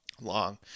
long